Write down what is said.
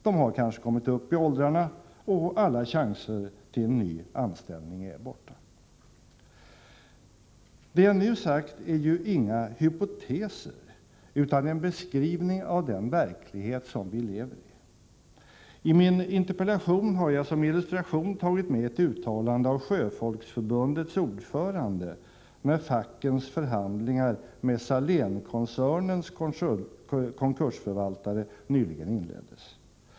De har kanske kommit upp i åldrarna, och alla chanser till ny anställning är borta. Det jag nu sagt är ju inga hypoteser utan en beskrivning av den verklighet som vi lever i. I min interpellation har jag som illustration tagit med ett uttalande av Sjöfolksförbundets ordförande, när fackens förhandlingar med Salénkoncernens konkursförvaltare nyligen inleddes.